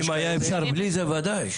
אם היה אפשר בלי זה, בוודאי.